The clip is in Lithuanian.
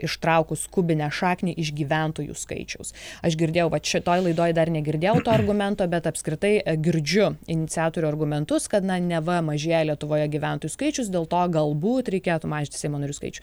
ištraukus kubinę šaknį iš gyventojų skaičiaus aš girdėjau vat šitoj laidoj dar negirdėjau to argumento bet apskritai girdžiu iniciatorių argumentus kad na neva mažėja lietuvoje gyventojų skaičius dėl to galbūt reikėtų mažinti seimo narių skaičių